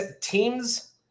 teams